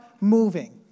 moving